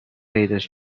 پیداش